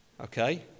Okay